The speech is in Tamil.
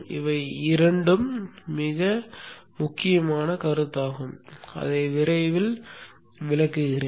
இவை இரண்டும் மிக முக்கியமான கருத்தாகும் அதை விரைவில் விளக்குகிறேன்